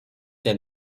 that